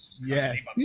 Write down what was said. Yes